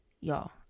y'all